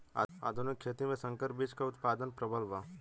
आधुनिक खेती में संकर बीज क उतपादन प्रबल बा